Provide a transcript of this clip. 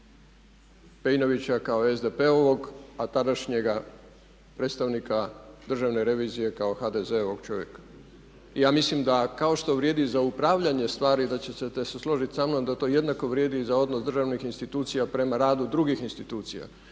i HDZ-a. Pejnovića kao SDP-ovog a tadašnjega predstavnika državne revizije kao HDZ-ovog čovjeka. I ja mislim da kao što vrijedi za upravljanje stvari da ćete se složiti samnom da to jednako vrijedi i za odnos državnih institucija prema radu drugih institucija,